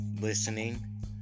listening